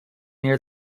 near